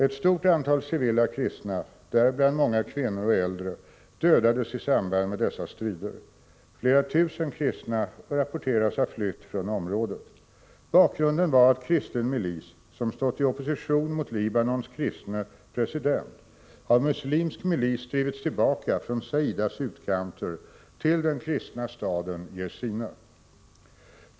Ett stort antal civila kristna, däribland många kvinnor och äldre, dödades i samband med dessa strider. Flera tusen kristna rapporteras ha flytt från området. Bakgrunden var att kristen milis, som stått i opposition mot Libanons kristne president, av muslimsk milis drivits tillbaka från Saidas utkanter till den kristna staden Jezzine.